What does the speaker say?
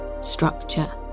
structure